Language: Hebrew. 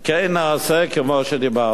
כן נעשה כמו שדיברת.